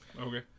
Okay